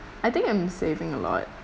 I think I'm saving a lot